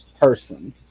person